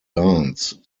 dance